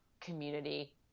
community